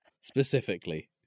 specifically